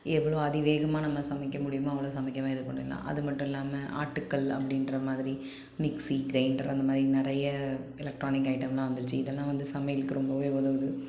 எவ்வளோ அதிவேகமாக நம்ம சமைக்கமுடியுமோ அவ்வளோ சமைக்க எல்லாம் இது பண்ணிடலாம் அதுமட்டுமில்லாமல் ஆட்டுக்கல் அப்படின்றமாதிரி மிக்ஸி கிரைண்டர் அந்தமாதிரி நிறைய எலெக்ட்ரானிக் ஐட்டம்லாம் வந்துடுச்சு இதெல்லாம் வந்து சமையலுக்கு ரொம்பவே உதவுது